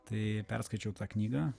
tai perskaičiau tą knygą